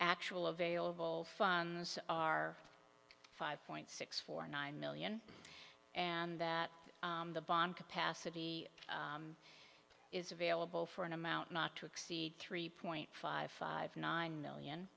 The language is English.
actual available funds are five point six four nine million and that the bond capacity is available for an amount not to exceed three point five five nine million